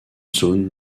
zone